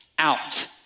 Out